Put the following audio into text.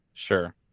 Sure